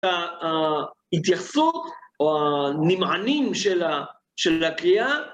ההתייחסות או הנמענים של ה... של הקריאה.